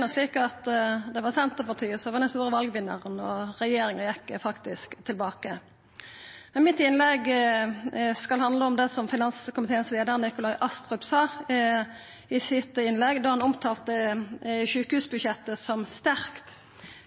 no slik at det var Senterpartiet som var valvinnaren – regjeringa gjekk faktisk tilbake. Men innlegget mitt skal handla om det som finanskomiteens leiar, Nikolai Astrup, sa i innlegget sitt da han omtalte sjukehusbudsjettet som sterkt.